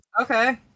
Okay